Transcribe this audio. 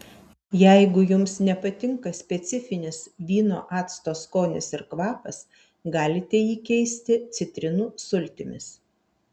jeigu jums nepatinka specifinis vyno acto skonis ir kvapas galite jį keisti citrinų sultimis